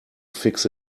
fix